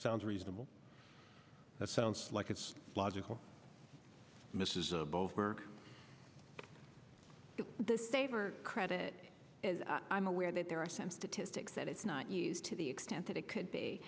sounds reasonable that sounds like it's logical misses both work the saver credit i'm aware that there are some statistics that it's not used to the extent that it could